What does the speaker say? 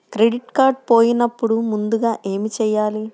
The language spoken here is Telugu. క్రెడిట్ కార్డ్ పోయినపుడు ముందుగా ఏమి చేయాలి?